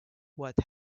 what